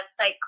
website